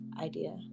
idea